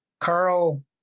Carl